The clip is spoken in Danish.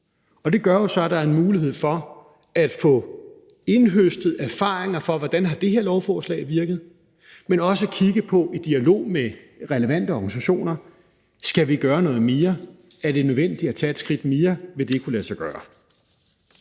Og det gør jo så, at der er en mulighed for at få indhøstet erfaringer for, hvordan det her lovforslag har virket, men også i dialog med relevante organisationer at kigge på, om vi skal gøre noget mere, om det er nødvendigt at tage et skridt mere, og om det vil kunne lade sig gøre.